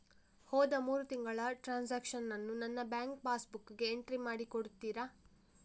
ಹೋದ ಮೂರು ತಿಂಗಳ ಟ್ರಾನ್ಸಾಕ್ಷನನ್ನು ನನ್ನ ಬ್ಯಾಂಕ್ ಪಾಸ್ ಬುಕ್ಕಿಗೆ ಎಂಟ್ರಿ ಮಾಡಿ ಕೊಡುತ್ತೀರಾ?